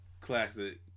classic